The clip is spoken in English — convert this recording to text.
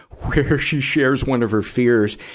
where she shared one of her fears,